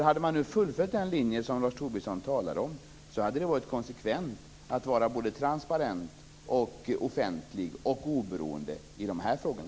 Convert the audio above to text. Hade man fullföljt den linje som Lars Tobisson nu talar om hade det varit konsekvent att vara både transparent, offentlig och oberoende i de här frågorna.